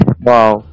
Wow